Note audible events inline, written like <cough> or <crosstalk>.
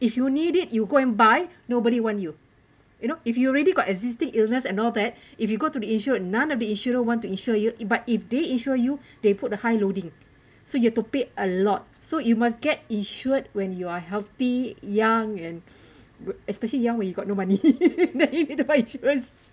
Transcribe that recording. if you need it you go and buy nobody want you you know if you already got existing illnesses and all that if you go to the insurance none of the insurance want to insure you but if they insure you they put the high loading so you have to pay a lot so you must get insured when you are healthy young and especially young when you got no money <laughs> then you need to buy insurance